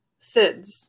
SIDS